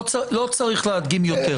לא צריך להדגים יותר.